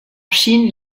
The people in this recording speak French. chine